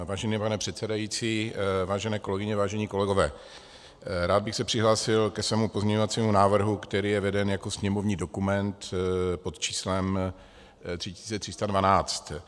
Vážený pane předsedající, vážené kolegyně, vážení kolegové, rád bych se přihlásil ke svému pozměňovacímu návrhu, který je veden jako sněmovní dokument pod číslem 3312.